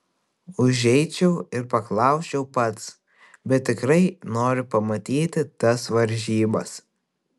užeičiau ir paklausčiau pats bet tikrai noriu pamatyti tas varžybas